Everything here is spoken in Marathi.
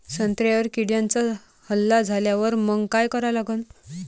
संत्र्यावर किड्यांचा हल्ला झाल्यावर मंग काय करा लागन?